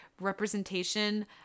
representation